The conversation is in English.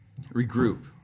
Regroup